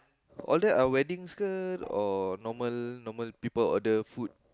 order a wedding skirt or normal normal people order food